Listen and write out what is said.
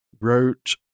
wrote